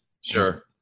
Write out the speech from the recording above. Sure